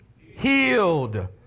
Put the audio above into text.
healed